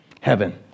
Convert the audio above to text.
heaven